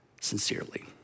sincerely